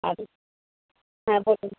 আর হ্যাঁ বলুন